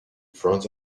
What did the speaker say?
front